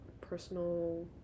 personal